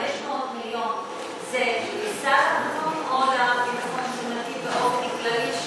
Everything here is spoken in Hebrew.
500 המיליון זה לסל המזון או לביטחון תזונתי באופן כללי,